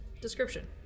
description